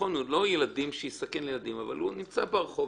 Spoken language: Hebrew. זה לא סיכון של ילדים, אבל הגנן למשל שנמצא ברחוב,